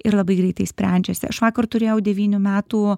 ir labai greitai sprendžiasi aš vakar turėjau devynių metų